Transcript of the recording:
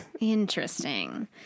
Interesting